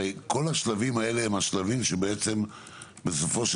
הרי כל השלבים האלה הם שלבים שבסופו של